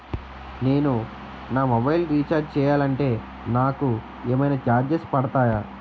నేను నా mobile recharge చేయాలంటే నాకు ఏమైనా చార్జెస్ పడతాయా?